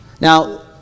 Now